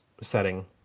setting